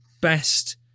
best